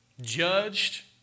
Judged